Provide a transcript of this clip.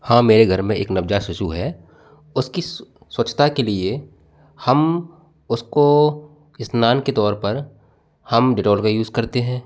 हाँ मेरे घर में एक नवजात शिशु है उसकी स्वच्छता के लिए हम उसको स्नान के तौर पर हम डिटॉल का यूज़ करते हैं